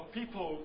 people